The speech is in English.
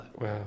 Wow